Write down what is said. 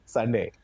Sunday